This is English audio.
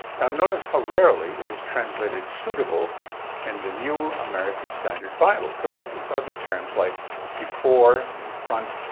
now notice how rarely it is translated suitable in the new american standard bible compared with other terms like before, and front,